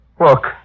Look